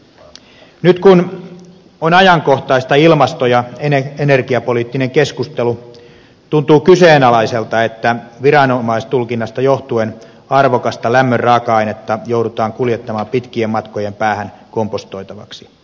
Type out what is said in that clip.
nyt kun on ajankohtaista ilmasto ja energiapoliittinen keskustelu tuntuu kyseenalaiselta että viranomaistulkinnasta johtuen arvokasta lämmön raaka ainetta joudutaan kuljettamaan pitkien matkojen päähän kompostoitavaksi